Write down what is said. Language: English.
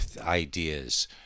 ideas